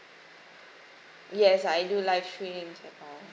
yes I do live streamings and all